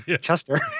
chester